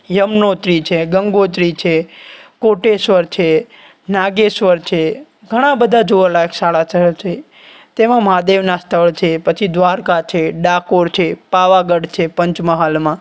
યમનોત્રી છે ગંગોત્રિ છે કોટેશ્વર છે નાગેશ્વર છે ઘણા બધા જોવાલાયક સારા સ્થળો છે તેમાં મહાદેવના સ્થળ છે પછી દ્વારકા છે ડાકોર છે પાવાગઢ છે પંચમહાલમાં